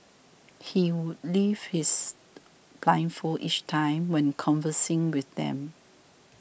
he would lift his blindfold each time when conversing with them